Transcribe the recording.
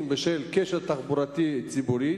1. מדוע סבלו הנוסעים בשל כשל תחבורתי ציבורי?